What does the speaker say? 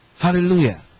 Hallelujah